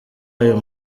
ayo